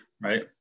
right